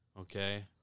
Okay